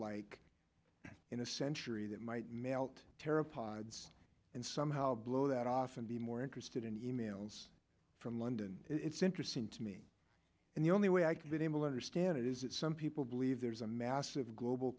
like in a century that might melt terra pods and somehow blow that off and be more interested in emails from london it's interesting to me and the only way i could been able understand it is that some people believe there's a massive global